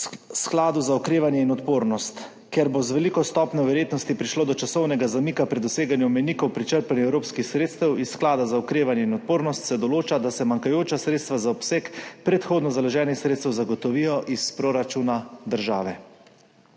Skladu za okrevanje in odpornost. Ker bo z veliko stopnjo verjetnosti prišlo do časovnega zamika pri doseganju mejnikov pri črpanju evropskih sredstev iz Sklada za okrevanje in odpornost, se določa, da se manjkajoča sredstva za obseg predhodno založenih sredstev zagotovijo iz proračuna države.